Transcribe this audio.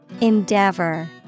Endeavor